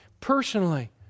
personally